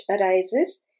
arises